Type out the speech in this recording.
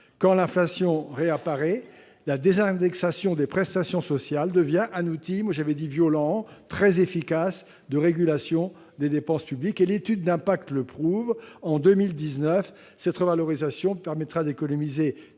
quand l'inflation réapparaît, la désindexation des prestations sociales devient un outil très efficace de régulation des dépenses publiques. L'étude d'impact le prouve : en 2019, cette revalorisation permettra d'économiser